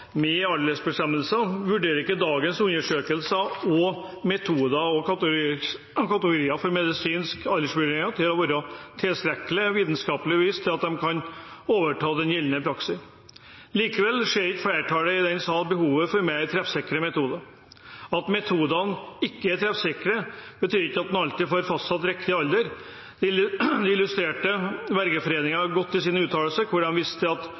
med aldersbestemmelser, vurderer ikke dagens undersøkelser og metoder og kategorier for medisinsk aldersvurdering til å være tilstrekkelig vitenskapelig bevist til at de kan overta den gjeldende praksis. Likevel ser ikke flertallet i denne sal behovet for mer treffsikre metoder. At metodene ikke er treffsikre, betyr at en ikke alltid får fastsatt riktig alder. Det illustrerte Vergeforeningen godt i sin uttalelse. De viste til en sak hvor